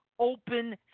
open